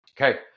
Okay